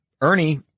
Ernie